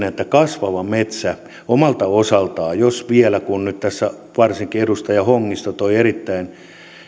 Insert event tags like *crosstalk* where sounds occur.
*unintelligible* että kasvava metsä omalta osaltaan vielä kun nyt tässä varsinkin edustaja hongisto toi erittäin